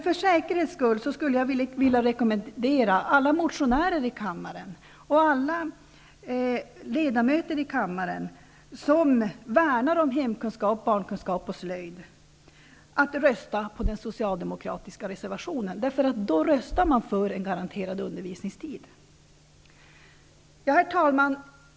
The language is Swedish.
För säkerhets skull skulle jag vilja rekommendera alla motionärer och ledamöter i kammaren, som värnar om skolämnena hemkunskap, barnkunskap och slöjd, att rösta på den socialdemokratiska reservationen. Man röstar nämligen då på en garanterad undervisningstid. Herr talman!